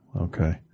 okay